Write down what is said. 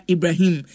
Ibrahim